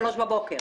ב-03:00 בבוקר.